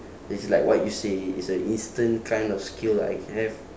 it's like what you say is a instant kind of skill I can have